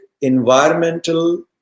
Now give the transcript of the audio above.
environmental